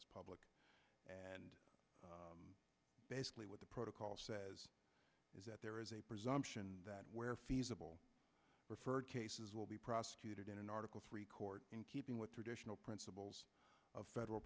is public and basically what the protocol says is that there is a presumption that where feasible referred cases will be prosecuted in an article three court in keeping with traditional principles of federal